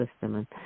system